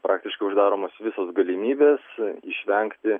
praktiškai uždaromos visos galimybės išvengti